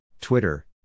Twitter